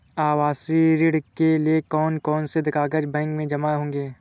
आवासीय ऋण के लिए कौन कौन से कागज बैंक में जमा होंगे?